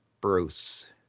Bruce